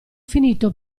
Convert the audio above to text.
finito